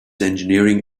engineering